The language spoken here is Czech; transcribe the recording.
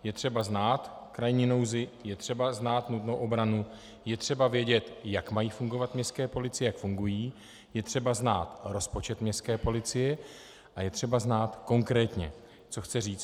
Je třeba znát krajní nouzi, je třeba znát nutnou obranu, je třeba vědět, jak mají fungovat městské policie, jak fungují, je třeba znát rozpočet městské policie a je třeba znát konkrétně, co chce říct.